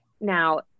Now